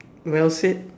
well said